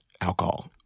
alcohol